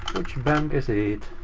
which bank is it!